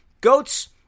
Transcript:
Goats